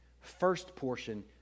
first-portion